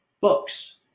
books